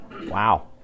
Wow